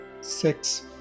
Six